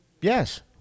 Yes